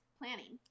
planning